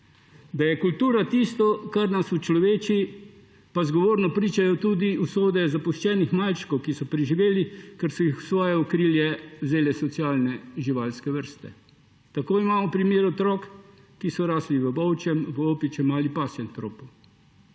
Da je kultura tisto, kar nas učloveči, pa zgovorno pričajo tudi usode zapuščenih malčkov, ki so preživeli, ker so jih v svoje okrilje vzele socialne živalske vrste. Tako imamo primer otrok, ki so rasli v volčjem, opičjem ali pasjem tropu.